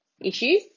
issues